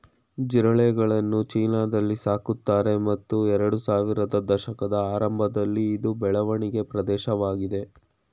ಜಿರಳೆಗಳನ್ನು ಚೀನಾದಲ್ಲಿ ಸಾಕ್ತಾರೆ ಮತ್ತು ಎರಡ್ಸಾವಿರದ ದಶಕದ ಆರಂಭದಲ್ಲಿ ಇದು ಬೆಳವಣಿಗೆ ಪ್ರದೇಶವಾಯ್ತು